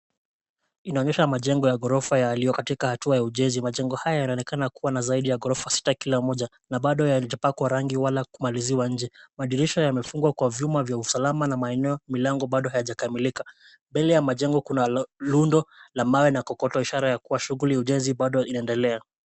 Inaonyesha majengo ya ghorofa yaliyo katika hatua ya ujenzi, majengo haya yanaonekana kuwa na zaidi ghorofa sita kila moja na baado hayajapakwa rangi wala kumaliziwa nje. Madirisha yamefungwa kwa vyuma vya usalama na maeneo ya mlango baado hayajakamilika. Mbele ya majengo kuna rundo la mawe na kokoto, ishara ya kuwa shughuli ya ujenzi baado inaendelea.